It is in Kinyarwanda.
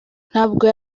ntabwo